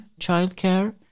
childcare